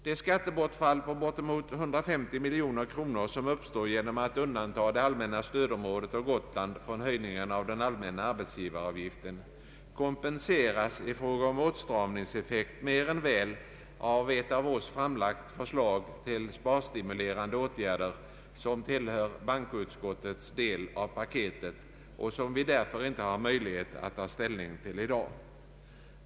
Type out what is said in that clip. Det skattebortfall på bortemot 150 miljoner kronor som uppstår genom att undanta det allmänna stödområdet och Gotland från höjningen av den allmänna arbetsgivaravgiften kompenseras i fråga om åtstramningseffekt mer än väl av ett av oss framlagt förslag till sparstimulerande åtgärder, som tillhör bankoutskottets del av paketet och som vi därför inte har möjlighet att ta ställning till i dag.